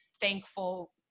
thankful